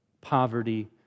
poverty